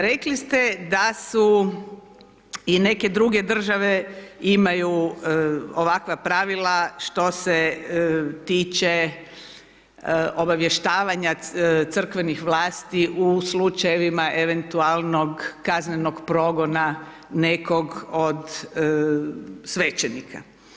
Rekli ste da su i neke druge države imaju ovakva pravila što se tiče obavještavanja crkvenih vlasti u slučajevima, eventualnog kaznenog progona, nekog od svećenika.